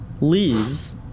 Leaves